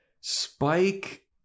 Spike